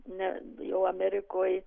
ne jau amerikoj